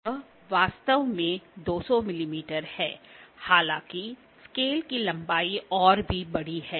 यह वास्तव में 200 मिमी है हालाँकिस्केल की लंबाई और भी बड़ी है